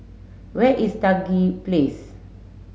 where is Stangee Place